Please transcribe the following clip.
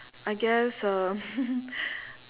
I guess um